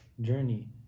journey